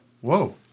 Whoa